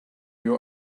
you